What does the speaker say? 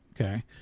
Okay